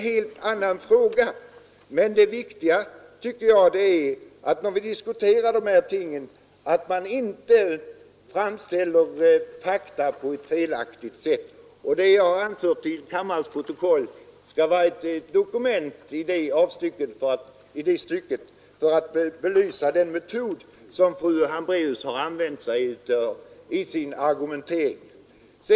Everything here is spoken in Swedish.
Det viktiga tycker jag är att vi inte framställer fakta på ett felaktigt sätt när vi diskuterar dessa frågor. Vad jag tidigare anförde till kammarens protokoll var ett dokument i det stycket för att belysa den metod som fru Hambraeus använt sig av i sin argumentering.